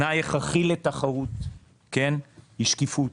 תנאי הכרחי לתחרות הוא שקיפות.